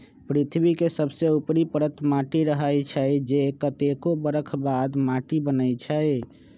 पृथ्वी के सबसे ऊपरी परत माटी रहै छइ जे कतेको बरख बाद माटि बनै छइ